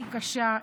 היא קשה,